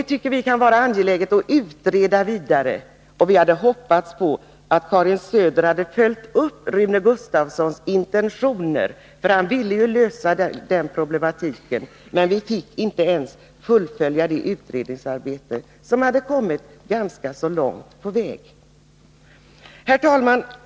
Vi tycker att det kan vara angeläget att utreda detta vidare, och vi hade hoppats att Karin Söder hade kunnat följa upp Rune Gustavssons intentioner. Han ville ju lösa den problematiken. Men vi fick inte fullfölja utredningsarbetet som hade fortskridit ganska långt. Herr talman!